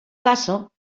caso